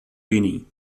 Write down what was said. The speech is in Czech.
jiný